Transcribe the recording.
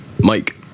mike